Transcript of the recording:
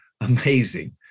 amazing